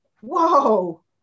whoa